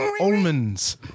almonds